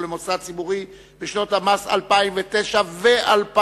או למוסד ציבורי בשנות המס 2009 ו-2010)